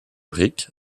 briques